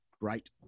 Great